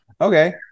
Okay